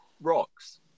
rocks